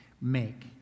make